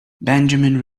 benjamin